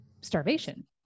starvation